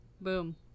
Boom